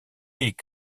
est